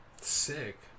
Sick